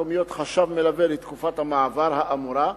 המקומיות חשב מלווה לתקופת המעבר האמורה,